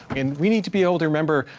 and we need to be able to remember,